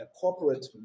corporate